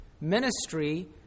ministry